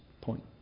Point